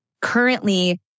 currently